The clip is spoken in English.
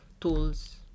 tools